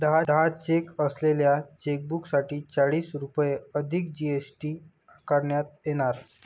दहा चेक असलेल्या चेकबुकसाठी चाळीस रुपये अधिक जी.एस.टी आकारण्यात येणार